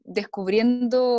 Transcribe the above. descubriendo